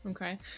Okay